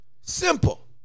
Simple